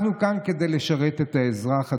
אנחנו כאן כדי לשרת את האזרח,